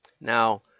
Now